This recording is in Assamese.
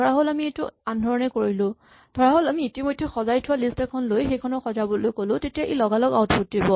ধৰাহ'ল আমি এইটো আনধৰণে কৰিলো ধৰাহ'ল আমি ইতিমধ্যে সজাই থোৱা লিষ্ট এখন লৈ সেইখনক সজাবলৈ ক'লো তেতিয়া ই লগালগ আউটপুট দিব